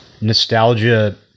nostalgia